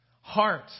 Heart